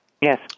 Yes